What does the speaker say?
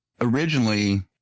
originally